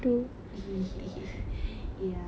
ya